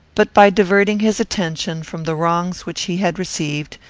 but by diverting his attention from the wrongs which he had received,